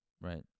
right